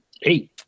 Hey